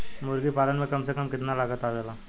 मुर्गी पालन में कम से कम कितना लागत आवेला?